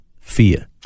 fear